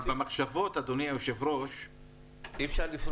אבל עם מחשבות לא הולכים לבנק.